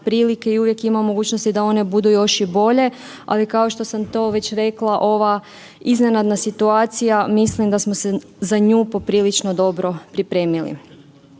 prilike i uvijek ima mogućnosti da one budu još i bolje, ali kao što sam to već rekla, ova iznenadna situacija, mislim da smo se za nju poprilično dobro pripremili.